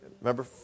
Remember